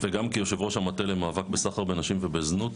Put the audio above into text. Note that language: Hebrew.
וגם כיושב-ראש המטה למאבק בסחר בנשים ובזנות,